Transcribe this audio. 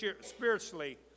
spiritually